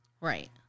Right